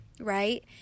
Right